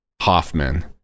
hoffman